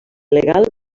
legal